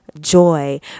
joy